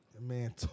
Man